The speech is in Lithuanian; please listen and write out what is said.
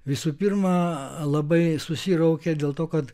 visų pirma labai susiraukė dėl to kad